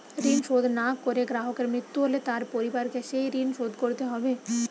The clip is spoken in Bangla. ঋণ শোধ না করে গ্রাহকের মৃত্যু হলে তার পরিবারকে সেই ঋণ শোধ করতে হবে?